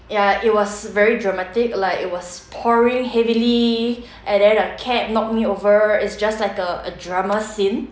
ya it was very dramatic like it was pouring heavily and then a cab knocked me over it's just like a a drama scene